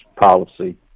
policy